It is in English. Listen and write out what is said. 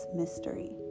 mystery